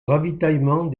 ravitaillement